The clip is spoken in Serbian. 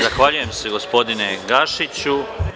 Zahvaljujem se, gospodine Gašiću.